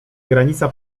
granica